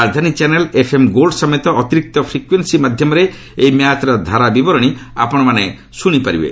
ରାଜଧାନୀ channel FM gold ସମେତ ଅତିରିକ୍ତ ଫ୍ରିକ୍ୱେନ୍ସି ମାଧ୍ୟମରେ ଏହି ମ୍ୟାଚ୍ର ଧାରାବିବରଣୀ ପ୍ରସାରିତ ହେବ